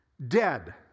Dead